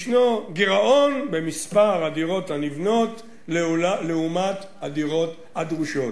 יש גירעון במספר הדירות הנבנות לעומת הדירות הדרושות.